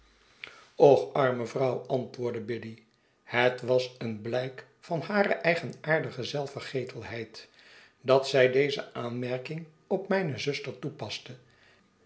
och arme vrouw antwoordde biddy het was een blijk van hare eigenaardige zelfvergetelheid dat zij deze aanmerking op mijne zuster toepaste